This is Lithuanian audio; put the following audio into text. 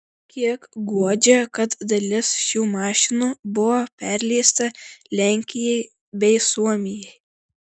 kiek guodžia kad dalis šių mašinų buvo perleista lenkijai bei suomijai